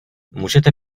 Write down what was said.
můžete